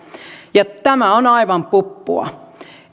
tämä on aivan puppua